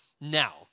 Now